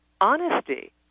honesty